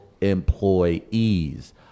employees